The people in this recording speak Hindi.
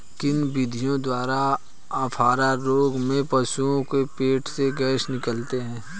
किन विधियों द्वारा अफारा रोग में पशुओं के पेट से गैस निकालते हैं?